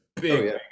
big